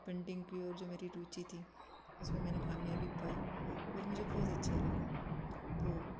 painting की और जो मेरी रुचि थी उसमें मैंने कामयाबी पाई और मुझे बहुत अच्छा लगा तो